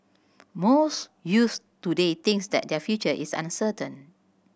most youths today thinks that their future is uncertain